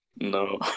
No